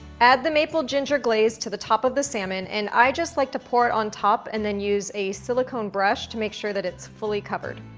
add the maple ginger glaze to the top of the salmon, and i just like to pour it on top and then use a silicone brush to make sure that it's fully covered.